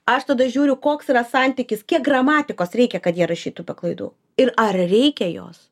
aš tada žiūriu koks yra santykis kiek gramatikos reikia kad jie rašytų be klaidų ir ar reikia jos